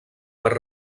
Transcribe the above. per